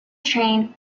trained